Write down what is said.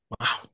Wow